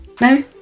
No